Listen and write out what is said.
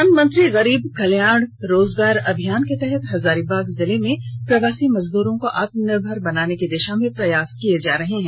प्रधानमंत्री गरीब कल्याण रोजगार अभियान के तहत हजारीबाग जिले में प्रवासी मजदूरों को आत्मनिर्भर बनाने की दिशा में प्रयास किया जा रहा है